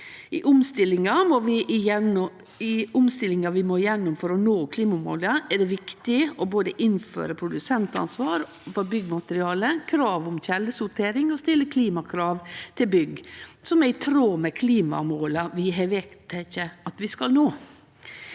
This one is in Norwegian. I omstillinga vi må gjennom for å nå klimamåla, er det viktig både å innføre produsentansvar for byggjemateriale og krav om kjeldesortering og å stille klimakrav til bygg som er i tråd med klimamåla vi har vedteke at vi skal nå.